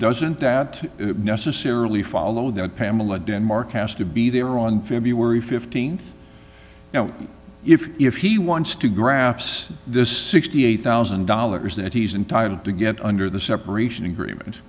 doesn't that necessarily follow that pamela denmark asked to be there on february th now if if he wants to graps the sixty eight thousand dollars that he's entitled to get under the separation agreement